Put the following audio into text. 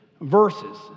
verses